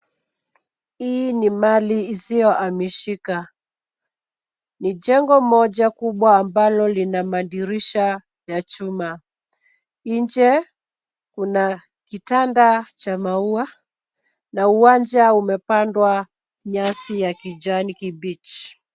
Hii ni mali isiyohamishika. Ni jengo moja kubwa ambalo lina madirisha ya chuma. Nje, kuna kitanda cha maua, na uwanja umepandwa nyasi ya kijani kibichi.